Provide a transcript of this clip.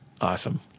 Awesome